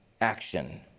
action